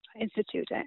institute